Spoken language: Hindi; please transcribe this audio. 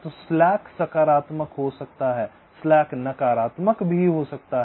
तो स्लैक सकारात्मक हो सकता है स्लैक नकारात्मक हो सकता है